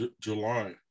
July